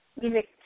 music